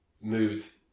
moved